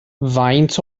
faint